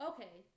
Okay